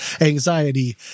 anxiety